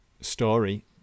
story